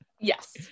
Yes